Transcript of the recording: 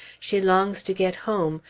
she longs to get home,